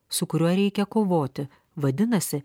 su kuriuo reikia kovoti vadinasi